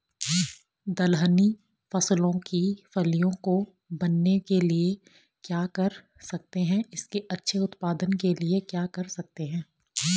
दलहनी फसलों की फलियों को बनने के लिए क्या कर सकते हैं इसके अच्छे उत्पादन के लिए क्या कर सकते हैं?